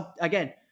again